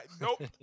nope